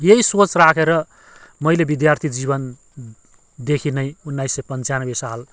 यही सोच राखेर मैले विद्यार्थी जीवनदेखि नै उन्नाइस सय पन्चानब्बे साल